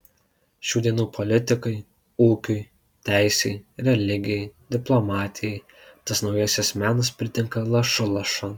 šių dienų politikai ūkiui teisei religijai diplomatijai tas naujasis menas pritinka lašu lašan